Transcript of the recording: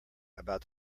about